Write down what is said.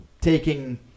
taking